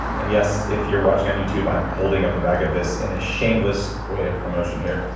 and yes if you're watching on youtube, i'm holding up a bag of this in a shameless way of promotion here.